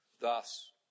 Thus